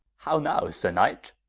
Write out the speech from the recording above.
how now, sir knight!